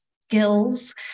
skills